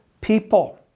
people